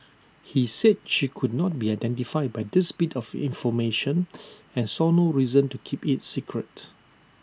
he said she could not be identified by this bit of information and saw no reason to keep IT secret